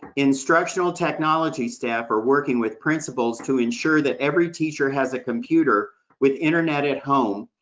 instructional technology staff are working with principals to ensure that every teacher has a computer with internet at home,